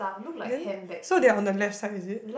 then so they are on the left side is it